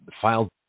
filed